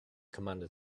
commander